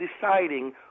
deciding